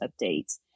updates